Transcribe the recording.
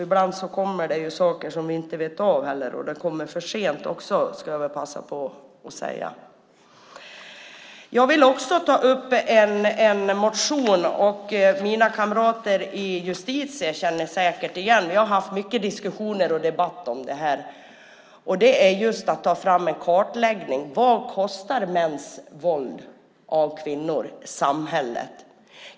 Ibland kommer det saker som ni inte vet om heller, och ibland kommer det för sent också, ska jag väl passa på att säga. Jag vill också ta upp innehållet i en motion. Mina kamrater i justitieutskottet känner säkert igen detta, för vi har haft många diskussioner och debatter om detta. Det handlar om att ta fram en kartläggning över vad mäns våld mot kvinnor kostar samhället.